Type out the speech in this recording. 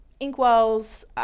inkwells